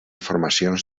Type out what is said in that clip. formacions